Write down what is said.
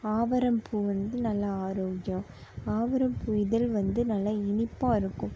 ஆவாரம் பூ வந்து நல்ல ஆரோக்கியம் ஆவாரம் பூ இதழ் வந்து நல்ல இனிப்பாக இருக்கும்